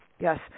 yes